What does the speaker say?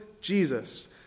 Jesus